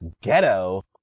ghetto